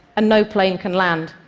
and no plane can land.